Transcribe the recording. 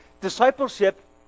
discipleship